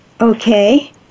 Okay